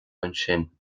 ansin